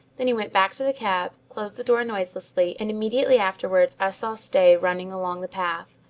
then he went back to the cab, closed the door noiselessly, and immediately afterwards i saw stay running along the path.